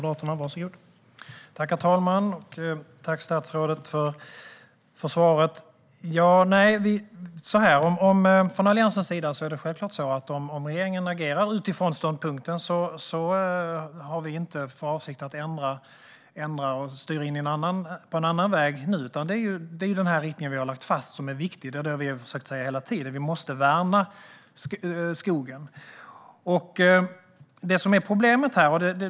Herr talman! Tack, statsrådet, för svaret. Från Alliansens sida är det självklart så att om regeringen agerar utifrån ståndpunkten har vi inte för avsikt att ändra och nu styra in på en annan väg. Det är den riktning vi har lagt fast som är viktig. Det är vad vi har försökt säga hela tiden. Vi måste värna skogen. Det finns ett problem här.